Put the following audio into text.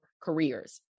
careers